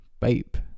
Bape